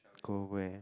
go where